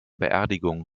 beerdigung